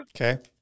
Okay